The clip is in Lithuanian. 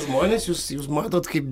žmonės jūs jūs matot kaip